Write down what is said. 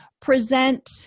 present